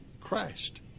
Christ